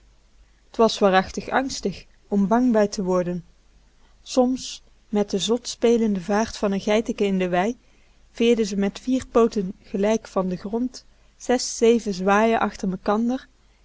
t was waarachtig angstig om bang bij te worden soms met de zot spelende vaart van n geiteke in de wei veerde ze met vier pooten gelijk van den grond zes zeven zwaaien achter